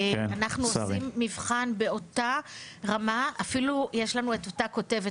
אנחנו עושים מבחן באותה רמה אפילו יש לנו את אותה כותבת